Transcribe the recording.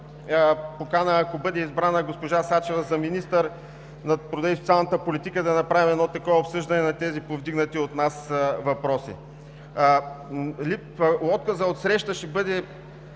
покана, ако бъде избрана госпожа Сачева за министър на труда и социалната политика, да направим едно такова обсъждане на тези повдигнати от нас въпроси. Отказът от среща ще бъде